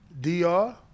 DR